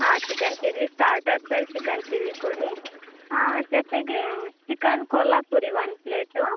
ಹಾಂ chicken chilli ಸ್ಟಾರ್ಟರ್ಸಲ್ಲಿ chicken chilli ಕೊಡಿ ಜೊತೆಗೆ ಚಿಕನ್ ಕೊಲ್ಹಾಪುರಿ ಒನ್ ಪ್ಲೇಟು